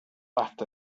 laughed